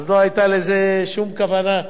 אז לא היתה בזה שום כוונה.